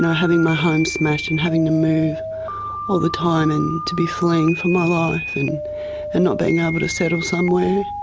having my home smashed and having to move all the time and to be fleeing for my life and and not being able to settle somewhere.